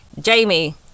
Jamie